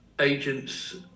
agents